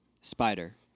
Spider